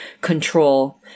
control